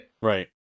Right